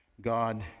God